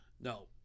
No